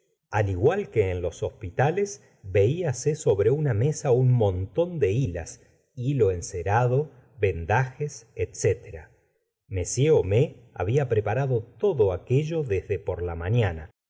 al igual que en los hospitales veíase sobre una mesa un montón de hilas hilo encerado venda gustavo flaubert jes etc m homais había preparado todo aquello desde por la mañana